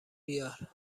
بیار